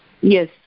Yes